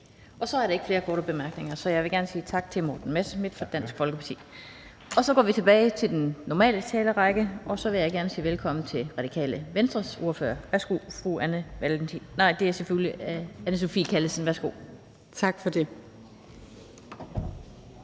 Så er der ikke flere korte bemærkninger, så jeg vil gerne sige tak til Morten Messerschmidt fra Dansk Folkeparti. Så går vi tilbage til den normale talerække, og jeg vil gerne sige velkommen til Radikale Venstres ordfører. Værsgo, fru Anne Sophie Callesen. Kl. 16:14 (Ordfører) Anne Sophie Callesen (RV): Tak for det.